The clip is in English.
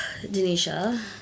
Denisha